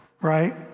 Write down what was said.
right